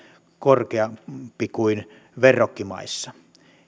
korkeampi kuin verrokkimaissa